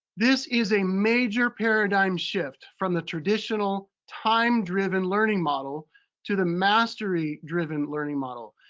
this is a major paradigm shift from the traditional time-driven learning model to the mastery-driven learning model.